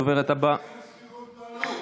הדוברת הבאה, מחירי הדירות לא עלו,